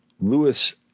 Lewis